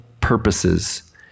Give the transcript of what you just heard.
purposes